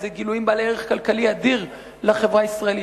אלה גילויים בעלי ערך כלכלי אדיר לחברה הישראלית.